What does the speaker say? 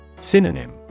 Synonym